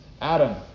Adam